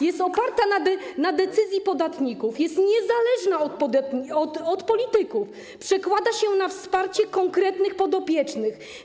Jest oparta na decyzji podatników, jest niezależna od polityków, przekłada się na wsparcie konkretnych podopiecznych.